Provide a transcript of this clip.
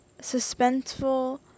suspenseful